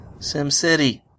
SimCity